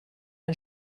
ein